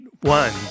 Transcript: One